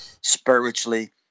spiritually